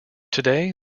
today